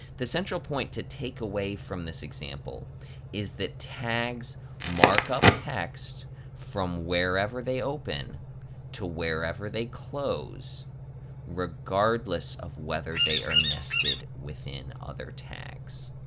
the central point to take away from this example is that tags mark up text from wherever they open to wherever they close regardless of whether they are nested within other tags.